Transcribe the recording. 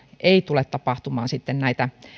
ei tule tapahtumaan näitä